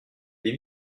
des